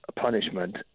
punishment